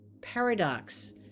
paradox